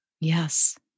Yes